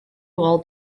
all